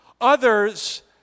Others